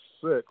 six